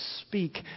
speak